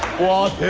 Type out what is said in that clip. was